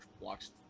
blocks